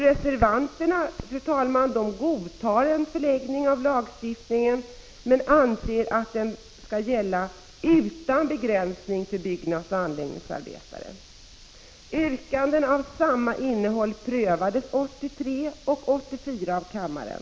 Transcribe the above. Reservanterna godtar, fru talman, en förlängning av lagstiftningen men anser att denna skall gälla utan begränsning till byggnadsoch anläggningsarbetare. Yrkanden av samma innehåll prövades 1983 och 1984 av kammaren.